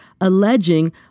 alleging